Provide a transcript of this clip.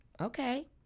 okay